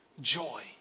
joy